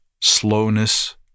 slowness